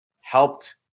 helped